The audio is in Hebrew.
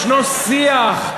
יש שיח,